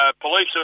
police